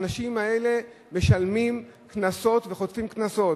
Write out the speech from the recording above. האנשים האלה משלמים קנסות וחוטפים קנסות.